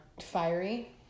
Fiery